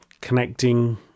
Connecting